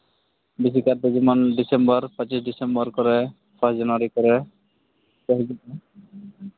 ᱵᱮᱥᱤ ᱠᱟᱨᱛᱮ ᱡᱮᱢᱚᱱ ᱰᱤᱥᱮᱢᱵᱚᱨ ᱯᱚᱸᱪᱤᱥ ᱰᱤᱥᱮᱢᱵᱚᱨ ᱠᱚᱨᱮ ᱯᱷᱟᱥᱴ ᱡᱟᱱᱩᱣᱟᱨᱤ ᱠᱚᱨᱮ ᱠᱚ ᱦᱤᱡᱩᱜᱼᱟ